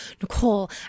Nicole